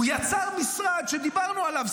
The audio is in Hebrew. הוא יצר משרד שדיברנו עליו,